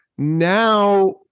Now